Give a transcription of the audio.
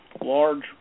large